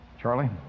Charlie